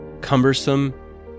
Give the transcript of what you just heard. cumbersome